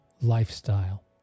lifestyle